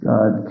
God